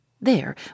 There